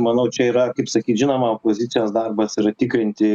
manau čia yra kaip sakyt žinoma opozicijos darbas yra tikrinti